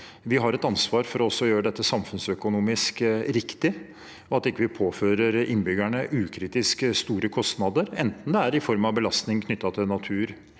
Vi har et ansvar for også å gjøre dette samfunnsøkonomisk riktig og ikke ukritisk påføre innbyggerne store kostnader, enten det er i form av belastning knyttet til natur,